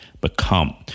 become